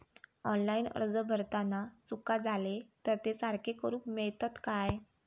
Online अर्ज भरताना चुका जाले तर ते सारके करुक मेळतत काय?